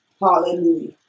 Hallelujah